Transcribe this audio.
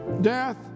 death